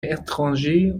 étranger